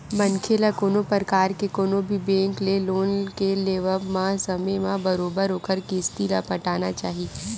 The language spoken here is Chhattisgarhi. मनखे ल कोनो परकार के कोनो भी बेंक ले लोन के लेवब म समे म बरोबर ओखर किस्ती ल पटाना चाही